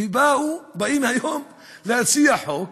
ובאים היום להציע חוק